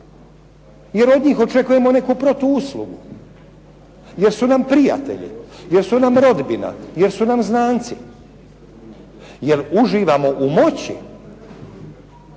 jer od njih očekujemo neku protuuslugu, jer su nam prijatelji, jer su nam rodbina, jer su nam znanci, jer uživamo u moći,